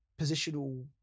positional